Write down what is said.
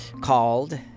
called